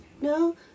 no